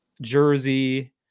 jersey